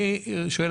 אני שואל,